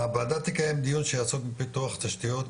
הוועדה תקיים דיון שיעסוק בפיתוח תשתיות,